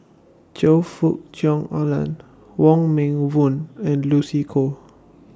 Choe Fook Cheong Alan Wong Meng Voon and Lucy Koh